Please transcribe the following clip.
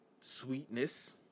Sweetness